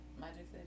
Magic